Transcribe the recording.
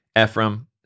Ephraim